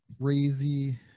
crazy